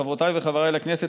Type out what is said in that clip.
חברותיי וחבריי לכנסת,